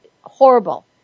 horrible